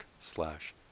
slash